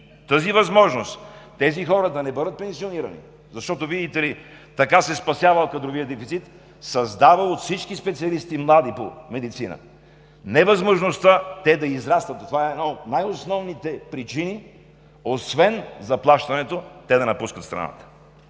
и възможността тези хора да не бъдат пенсионирани, защото, видите ли, така се спасявал кадровият дефицит, създава у всички млади специалисти по медицина невъзможността те да израстват. Това е една от най основните причини, освен заплащането, те да напускат страната.